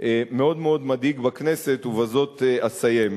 מאוד מדאיג בכנסת, ובזאת אסיים.